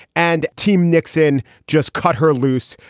and team nixon just cut her loose.